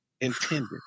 intended